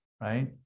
right